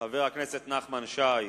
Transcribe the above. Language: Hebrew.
חבר הכנסת נחמן שי,